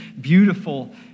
beautiful